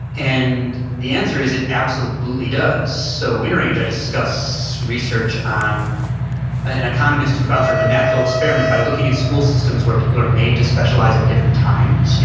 and the answer is it absolutely does. so in range, i discuss research on an economist who found sort of a natural experiment by looking at school systems where people are made to specialize at different times,